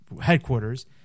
headquarters